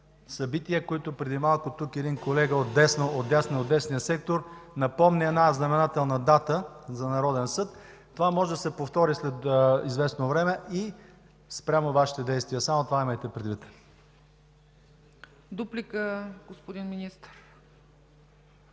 Дуплика, господин Министър,